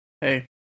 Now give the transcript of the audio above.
Hey